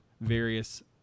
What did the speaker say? various